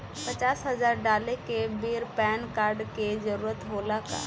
पचास हजार डाले के बेर पैन कार्ड के जरूरत होला का?